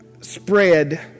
spread